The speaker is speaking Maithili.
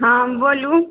हँ बोलू